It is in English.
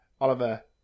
Oliver